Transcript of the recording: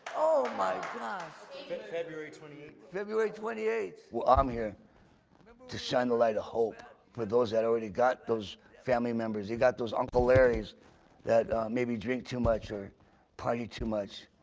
oh my gosh. february twenty february twenty eighth. well, i'm here to shine the light of hope with those that already got those family members, you got those uncle larrys that maybe drink too much or party too much.